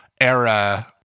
era